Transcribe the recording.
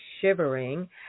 shivering